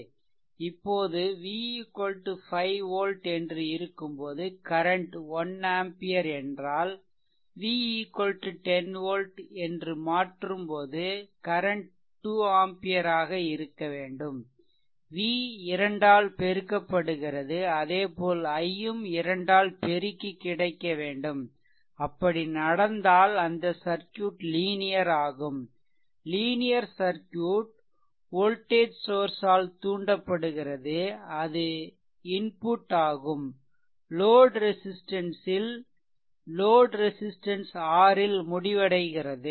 இப்போது v 5 volt என்று இருக்கும் போது கரன்ட் 1 ஆம்பியர் என்றால் v 10 volt என்று மாற்றும் போது கரன்ட் 2 ஆம்பியர் ஆக இருக்க வேண்டும் v இரண்டால் பெருக்கப்படுகிறது அதேபோல் I ம் இரண்டால் பெருக்கி கிடைக்க வேண்டும் அப்படி நடந்தால் அந்த சர்க்யூட் லீனியர்ஆகும் லீனியர் சர்க்யூட் வோல்டேஜ் சோர்சால் தூண்டப்படுகிறது அது இன்புட் ஆகும் லோட் ரெசிஸ்ட்டன்ஸ் ல் முடிகிறது